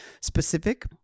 specific